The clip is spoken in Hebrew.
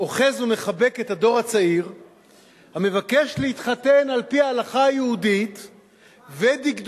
אוחז ומחבק את הדור הצעיר המבקש להתחתן על-פי ההלכה היהודית ודקדוקיה,